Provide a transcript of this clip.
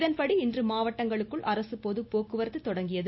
இதன்படி இன்று மாவட்டங்களுக்குள் அரசு பொதுப்போக்குவரத்து தொடங்கியது